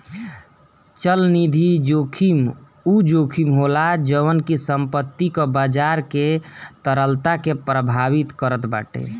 चलनिधि जोखिम उ जोखिम होला जवन की संपत्ति कअ बाजार के तरलता के प्रभावित करत बाटे